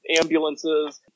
ambulances